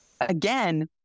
Again